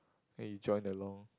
then you join along